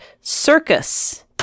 Circus